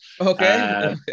Okay